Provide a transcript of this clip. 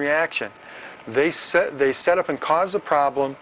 reaction they said they set up and cause a problem